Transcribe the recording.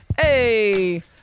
Hey